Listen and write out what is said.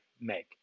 make